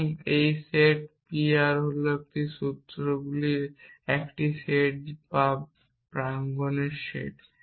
এবং এই set p r হল সেই সমস্ত সূত্রগুলির একটি সেট যা প্রাঙ্গনের সেট